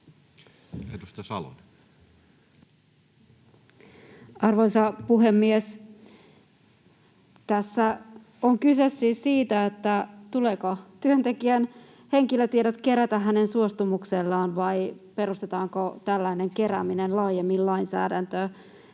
14:41 Content: Arvoisa puhemies! Tässä on kyse siis siitä, tuleeko työntekijän henkilötiedot kerätä hänen suostumuksellaan vai perustetaanko tällainen kerääminen laajemmin lainsäädäntöön